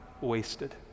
wasted